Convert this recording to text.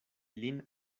lin